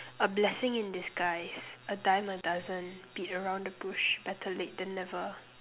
a blessing in disguise a dime a dozen beat around the bush better late than never